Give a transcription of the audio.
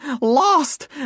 lost